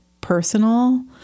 personal